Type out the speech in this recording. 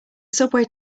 subway